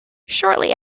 shortly